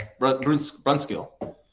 Brunskill